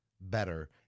better